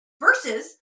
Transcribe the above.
Versus